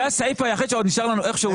זה הסעיף היחיד שעוד נשאר לנו איכשהו